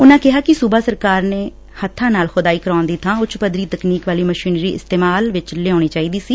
ਉਨੂਾ ਕਿਹਾ ਕਿ ਸੂਬਾ ਸਰਕਾਰ ਨੇ ਹੱਬਾਂ ਨਾਲ ਖੁਦਾਈ ਕਰਵਾਉਣ ਦੀ ਬਾਂ ਉੱਚ ਪੱਧਰੀ ਤਕਨੀਕ ਵਾਲੀ ਮਸ਼ੀਨਰੀ ਇਸਤੇਮਾਲ ਵਿਚ ਲਿਆਉਣੀ ਚਾਹੀਦੀ ਸੀ